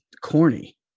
corny